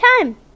time